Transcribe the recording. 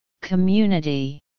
Community